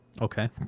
Okay